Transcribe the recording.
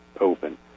open